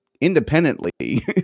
independently